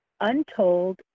untold